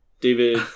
David